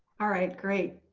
alright, great.